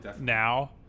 now